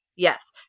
Yes